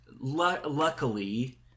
luckily